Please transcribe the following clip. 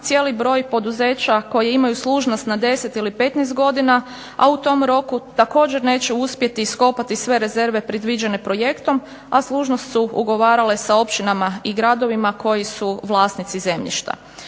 cijeli broj poduzeća koja imaju služnost na 10 ili 15 godina, a u tom roku također neće uspjeti iskopati sve rezerve predviđene projektom, a služnost su ugovarale sa općinama i gradovima koji su vlasnici zemljišta.